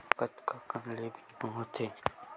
कतका कन ले बीमा होथे?